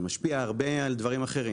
זה משפיע הרבה על דברים אחרים,